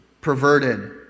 perverted